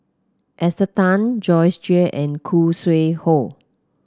Esther Tan Joyce Jue and Khoo Sui Hoe